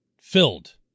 filled